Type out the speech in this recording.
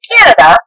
Canada